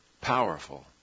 powerful